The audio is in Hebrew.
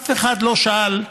אף אחד לא שאל,